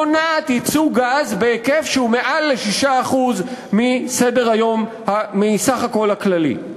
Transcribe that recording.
מונעת ייצוא גז בהיקף שהוא מעל ל-6% מסך הכול הכללי.